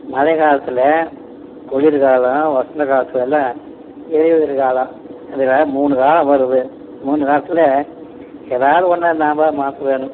மழைக்காலத்தில் குளிர்காலம் வசந்தகாலத்துலலாம் இலையுதிர்காலம் இதில் மூணு காலம் வருது மூணு காலத்தில் எதாவது ஒன்னை நம்ம மாற்ற வேணும்